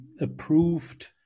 approved